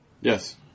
Yes